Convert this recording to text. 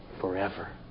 forever